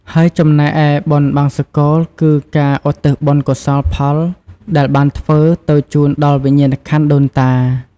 ហើយចំំណែកឯបុណ្យបង្សុកូល គឺការឧទ្ទិសបុណ្យកុសលផលដែលបានធ្វើ ទៅជូនដល់វិញ្ញាណក្ខន្ធដូនតា ។